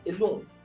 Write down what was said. alone